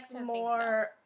more